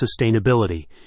sustainability